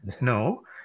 no